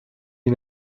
les